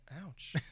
Ouch